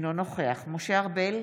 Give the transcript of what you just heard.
אינו נוכח משה ארבל,